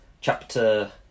chapter